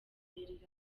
rirambye